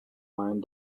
mind